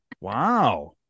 Wow